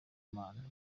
man